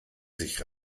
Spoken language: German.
sich